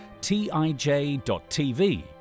tij.tv